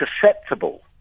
susceptible